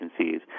agencies